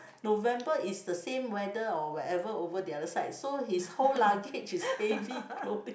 November is the same weather or wherever over the other side so his whole luggage is heavy clothing